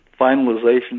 finalization